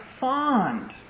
fond